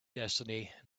destiny